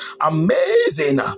Amazing